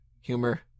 humor